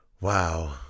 Wow